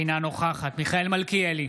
אינה נוכחת מיכאל מלכיאלי,